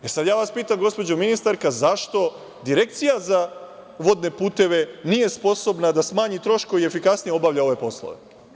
Ja vas pitam, gospođo ministarka, zašto Direkcija za vodne puteve nije sposobna da smanji troškove i efikasnije obavlja ove poslove?